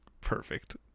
Perfect